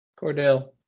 Cordell